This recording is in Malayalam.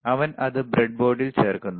അവൻ അത് ബ്രെഡ്ബോർഡിൽ ചേർക്കുന്നു